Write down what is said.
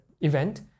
event